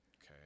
okay